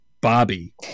Bobby